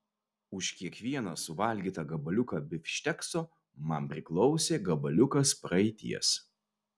už kiekvieną suvalgytą gabaliuką bifštekso man priklausė gabaliukas praeities